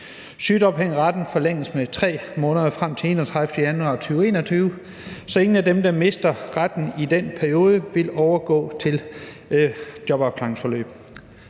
Sygedagpengeretten forlænges med 3 måneder frem til den 31. januar 2021. Så ingen af dem, der mister retten i den periode, vil overgå til jobafklaringsforløb.